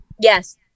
Yes